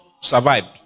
survived